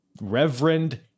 Reverend